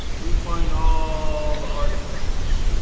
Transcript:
we find all the artifacts